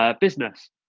business